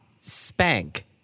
spank